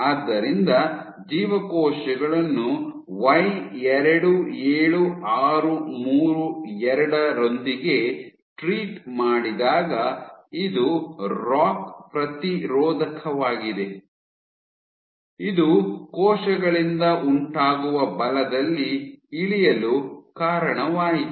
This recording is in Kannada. ಆದ್ದರಿಂದ ಜೀವಕೋಶಗಳನ್ನು y 27632 ನೊಂದಿಗೆ ಟ್ರೀಟ್ ಮಾಡಿದಾಗ ಇದು ರಾಕ್ ಪ್ರತಿರೋಧಕವಾಗಿದೆ ಇದು ಕೋಶಗಳಿಂದ ಉಂಟಾಗುವ ಬಲದಲ್ಲಿ ಇಳಿಯಲು ಕಾರಣವಾಯಿತು